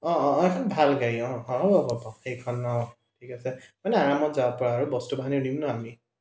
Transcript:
অঁ অঁ অঁ এখন ভাল গাড়ী অঁ হ'ব সেইখন অঁ ঠিক আছে মানে আৰামত যাব পৰা আৰু বস্তু বাহানি নিম ন আমি